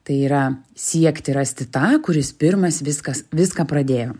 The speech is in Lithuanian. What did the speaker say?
tai yra siekti rasti tą kuris pirmas viskas viską pradėjo